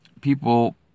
people